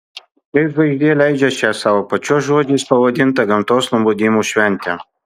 kaip žvaigždė leidžią šią savo pačios žodžiais pavadintą gamtos nubudimo šventę